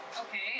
okay